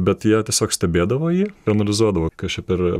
bet jie tiesiog stebėdavo jį ir analizuodavo kas čia per